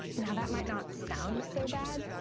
now, that might not sound so bad,